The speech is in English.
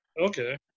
Okay